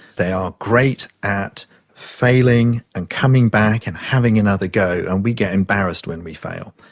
they are great at failing and coming back and having another go, and we get embarrassed when we fail,